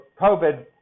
COVID